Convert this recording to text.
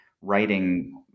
writing